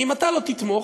אם אתה לא תתמוך,